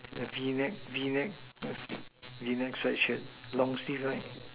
a V neck V neck a V neck sweatshirt long sleeve right